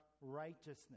righteousness